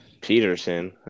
Peterson